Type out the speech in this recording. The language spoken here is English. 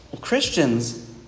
Christians